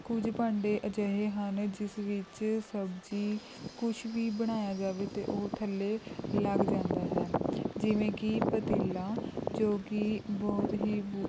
ਕੁਝ ਭਾਂਡੇ ਅਜਿਹੇ ਹਨ ਜਿਸ ਵਿੱਚ ਸਬਜ਼ੀ ਕੁਛ ਵੀ ਬਣਾਇਆ ਜਾਵੇ ਅਤੇ ਉਹ ਥੱਲੇ ਲੱਗ ਜਾਂਦਾ ਹੈ ਜਿਵੇਂ ਕਿ ਪਤੀਲਾ ਜੋ ਕਿ ਬਹੁਤ ਹੀ ਬੁ